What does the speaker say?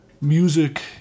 ...music